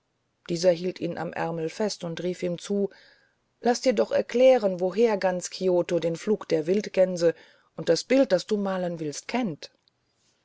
dieser hielt ihn am ärmel fest und rief ihm zu laß dir doch erklären woher ganz kioto den flug der wildgänse und das bild das du malen willst kennt